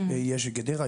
יש גדרה,